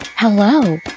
Hello